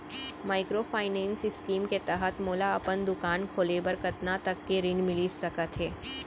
Microfinance scheme के तहत मोला अपन दुकान खोले बर कतना तक के ऋण मिलिस सकत हे?